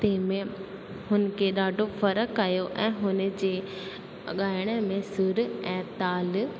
तंहिंमे हुन खे ॾाढो फ़र्क़ु आहियो ऐं हुन जे ॻाइण में सुरु ऐं ताल